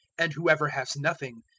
and whoever has nothing,